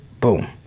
Boom